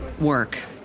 work